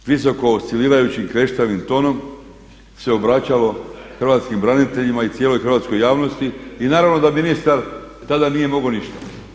Takvim visoko oscilirajućim kreštavim tonom se obraćalo hrvatskim braniteljima i cijeloj hrvatskoj javnosti i naravno da ministar tada nije mogao ništa.